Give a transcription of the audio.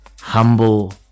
humble